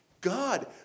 God